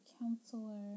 counselor